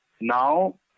Now